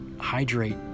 hydrate